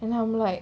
and I'm like